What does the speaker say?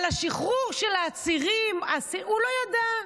על השחרור של העצירים הוא לא ידע.